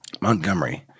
Montgomery